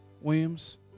Williams